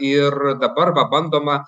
ir dabar va bandoma